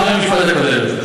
מה היה המשפט הקודם?